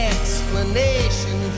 Explanation